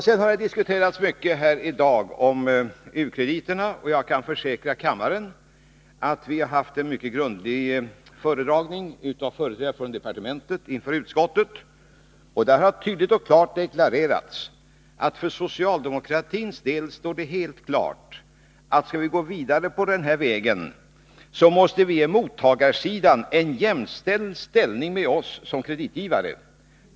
Det har sagts mycket här i dag om u-krediterna, och jag kan försäkra kammaren att vi har haft en mycket grundlig föredragning av företrädare för departementet inför utskottet. Det har tydligt och klart deklarerats att det för socialdemokratins del står helt klart, att skall vi gå vidare på denna väg, måste vi ge mottagarsidan likställdhet i förhållande till oss som kreditgivare.